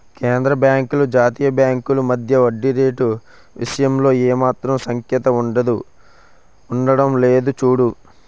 కేంద్రబాంకులు జాతీయ బాంకుల మధ్య వడ్డీ రేటు విషయంలో ఏమాత్రం సఖ్యత ఉండడం లేదు చూడు